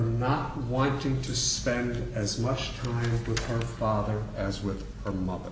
not wanting to spend as much with her father as with her mother